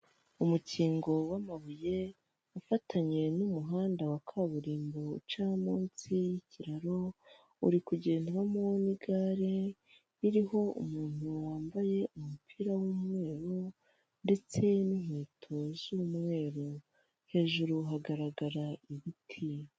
Umukingo w'amabuye ufatanye n'umuhanda wa kaburimbo uca munsi y'ikiraro, uri kugendwamo n'igare ririho umuntu wambaye umupira w'umweru ndetse n'inkweto z'umweru. Hejuru hagaragara ibiti.